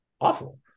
Awful